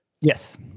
Yes